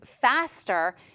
faster